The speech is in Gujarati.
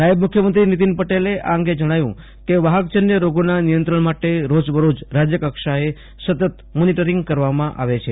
નાયબ મુખ્યમંત્રી નીતિન પટેલે જજ્ઞાવ્યું કે વાહક જન્ય રોગોના નિયંત્રજ્ઞ માટે રોજબરોજ રાજ્ય કક્ષાએથી સતત મોનિટરિંગ કરવામાં આવે છે